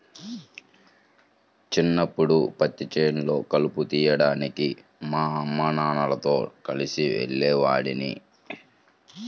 చిన్నప్పడు పత్తి చేలల్లో కలుపు తీయడానికి మా అమ్మానాన్నలతో కలిసి వెళ్ళేవాడిని